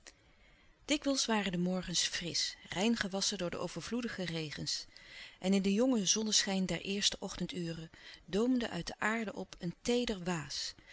dikwijls waren de morgens frisch rein gewasschen door de overvloedige regens en in den jongen zonneschijn der eerste ochtenduren doomde uit de aarde op een teeder waas